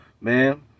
man